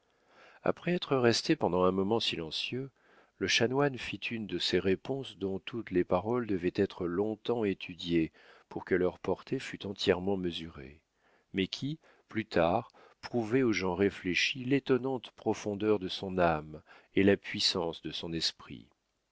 après être resté pendant un moment silencieux le chanoine fit une de ces réponses dont toutes les paroles devaient être long-temps étudiées pour que leur portée fût entièrement mesurée mais qui plus tard prouvaient aux gens réfléchis l'étonnante profondeur de son âme et la puissance de son esprit